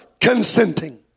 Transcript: consenting